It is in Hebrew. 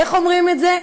איך אומרים את זה?